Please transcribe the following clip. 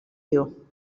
you